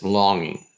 longing